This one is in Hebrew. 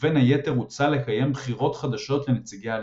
ובין היתר הוצע לקיים בחירות חדשות לנציגי הלשכה.